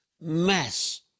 mass